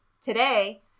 today